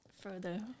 further